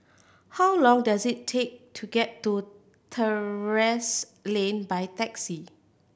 how long does it take to get to Terrasse Lane by taxi